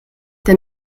der